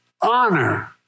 honor